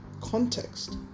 context